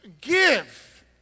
give